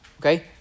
okay